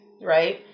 right